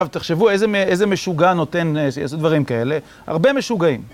תחשבו איזה משוגע נותן שיעשו דברים כאלה, הרבה משוגעים.